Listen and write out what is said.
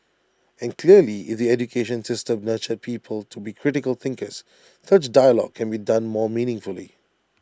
and clearly if the education system nurtured people to be critical thinkers such dialogue can be done more meaningfully